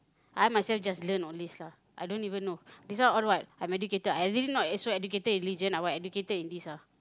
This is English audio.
I myself just learn all this lah I don't even know this one all what I'm educated I really not so educated in religion what I educated in this ah